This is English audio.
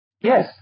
Yes